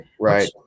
Right